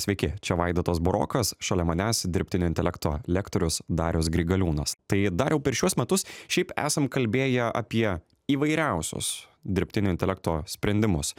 sveiki čia vaidotas burokas šalia manęs dirbtinio intelekto lektorius darius grigaliūnas tai dariau per šiuos metus šiaip esam kalbėję apie įvairiausius dirbtinio intelekto sprendimus